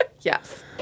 Yes